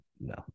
no